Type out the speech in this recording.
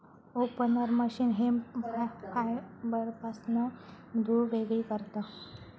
opener machine hemp फायबरपासना धुळ वेगळी करता